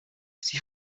sie